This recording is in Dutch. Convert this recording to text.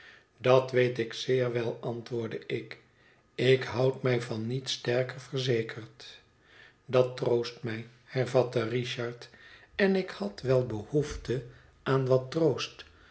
dat weet ik zeer wel antwoordde ik ik houd mij van niets sterker verzekerd dat troost mij hervatte richard en ik had wel behoefte aan wat troost